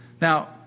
Now